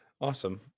awesome